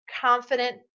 confident